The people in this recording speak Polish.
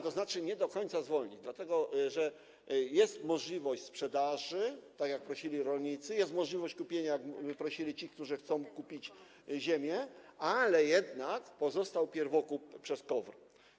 To znaczy nie do końca zwolnić, dlatego że jest możliwość sprzedaży, tak jak prosili rolnicy, jest możliwość kupienia, o to prosili ci, którzy chcą kupić ziemię, ale jednak pozostał pierwokup dla KOWR.